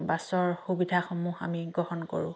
বাছৰ সুবিধাসমূহ আমি গ্ৰহণ কৰোঁ